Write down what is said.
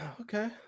okay